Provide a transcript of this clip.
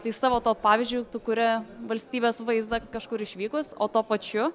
tai savo tuo pavyzdžiu tu kuri valstybės vaizdą kažkur išvykus o tuo pačiu